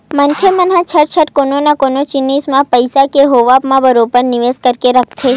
मनखे मन ह जघा जघा कोनो न कोनो जिनिस मन म पइसा के होवब म बरोबर निवेस करके रखथे